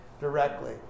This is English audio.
directly